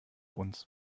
uns